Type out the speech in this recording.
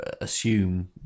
assume